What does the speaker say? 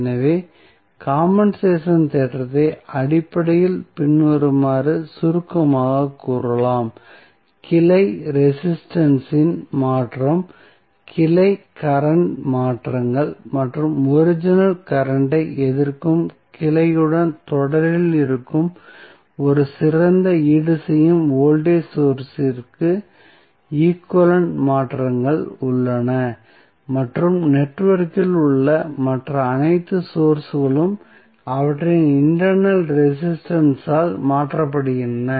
எனவே காம்பென்சேஷன் தேற்றத்தை அடிப்படையில் பின்வருமாறு சுருக்கமாகக் கூறலாம் கிளை ரெசிஸ்டன்ஸ் இன் மாற்றம் கிளை கரண்ட் மாற்றங்கள் மற்றும் ஒரிஜினல் கரண்ட் ஐ எதிர்க்கும் கிளையுடன் தொடரில் இருக்கும் ஒரு சிறந்த ஈடுசெய்யும் வோல்டேஜ் சோர்ஸ் இற்கு ஈக்விவலெண்ட் மாற்றங்கள் உள்ளன மற்றும் நெட்வொர்க்கில் உள்ள மற்ற அனைத்து சோர்ஸ்களும் அவற்றின் இன்டெர்னல் ரெசிஸ்டன்ஸ் ஆல் மாற்றப்படுகின்றன